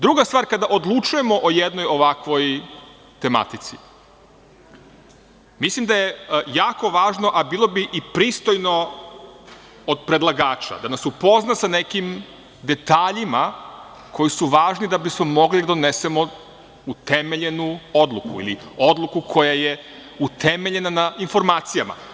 Druga stvar, kada odlučujemo o jednoj ovakvoj tematici, mislim da je jako važno, a bilo bi i pristojno od predlagača da nas upozna se nekim detaljima koji su važni da bismo mogli da donesemo utemeljenu odluku ili odluku koja je utemeljena na informacijama.